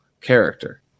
character